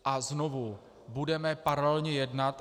A znovu budeme paralelně jednat.